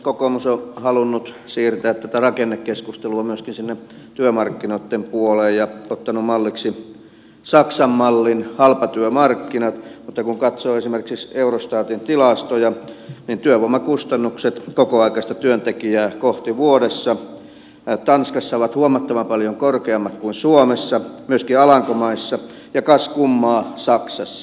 kokoomus on halunnut siirtää tätä rakennekeskustelua myöskin sinne työmarkkinoitten puoleen ja ottanut malliksi saksan mallin halpatyömarkkinat mutta kun katsoo esimerkiksi eurostatin tilastoja niin työvoimakustannukset kokoaikaista työntekijää kohti vuodessa tanskassa ovat huomattavan paljon korkeammat kuin suomessa myöskin alankomaissa ja kas kummaa saksassa